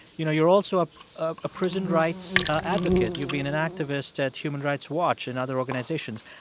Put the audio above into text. you know you're also ah ah a prison rights advocate. you've been an activist at human rights watch and other organizations.